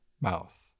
mouth